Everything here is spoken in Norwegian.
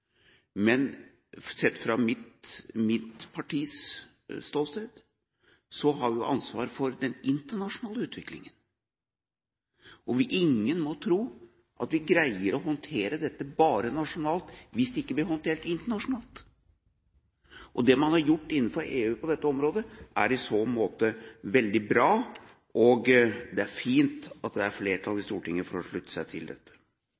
Men sett fra mitt partis ståsted har vi ansvar for den internasjonale utviklingen. Ingen må tro at vi greier å håndtere dette bare nasjonalt, hvis det ikke blir håndtert internasjonalt. Det man har gjort innenfor EU på dette området, er i så måte veldig bra. Det er fint at det er flertall i Stortinget for å slutte seg til dette.